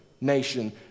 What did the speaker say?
nation